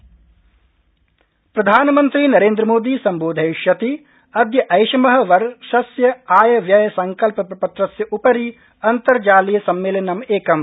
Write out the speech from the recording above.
प्रधानमन्त्री बजट प्रधानमन्त्री नरेन्द्र मोदी सम्बोधयिष्यति अद्य ऐषम वर्यस्य आय व्यय संकल्पपत्रस्योपरि अन्तर्जालीय सम्मेलनमेकम्